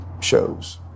shows